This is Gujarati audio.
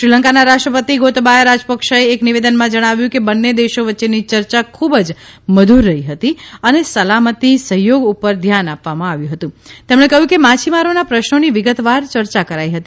શ્રીલંકાના રાષ્ટ્રપતિ ગોટાબયા રાજપક્ષાએ એક નિવેદનમાં જણાવ્યું કે બન્ને દેશો વચ્ચેની ચર્ચા ખુબ જ મધુર રહી હતી અને સલામતી સહયોગ ઉપર ધ્યાન આપવામાં આવ્યું હતું તેમણે કહ્યું કે માછીમારોના પ્રશ્નોની વિગતવાર ચર્ચા કરાઇ હતી